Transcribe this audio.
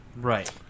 Right